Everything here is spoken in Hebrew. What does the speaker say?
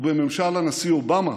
בממשל הנשיא אובמה,